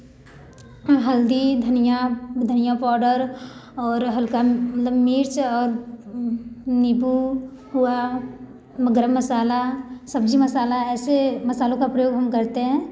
हल्दी धनिया धनिया पाउडर और हल्का मतलब मिर्च और नींबू हुआ गर्म मसाला सब्ज़ी मसाला ऐसे मसालों का प्रयोग हम प्रयोग हम करते हैं